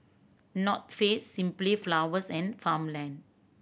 North Face Simply Flowers and Farmland